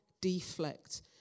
deflect